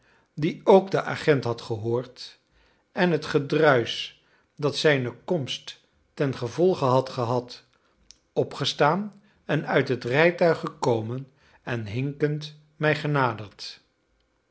die ook den agent had gehoord en het gedruisch dat zijne komst tengevolge had gehad opgestaan en uit het rijtuig gekomen en hinkend mij genaderd